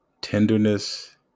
tenderness